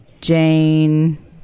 Jane